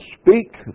speak